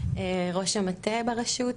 ראש המטה ברשות,